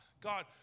God